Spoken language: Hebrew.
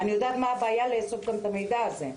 אני יודעת גם מה הבעייתיות בלאסוף את המידע הזה,